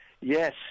Yes